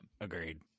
Agreed